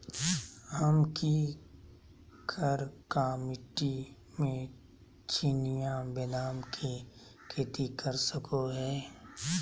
हम की करका मिट्टी में चिनिया बेदाम के खेती कर सको है?